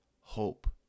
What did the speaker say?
hope